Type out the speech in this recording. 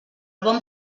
bon